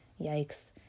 yikes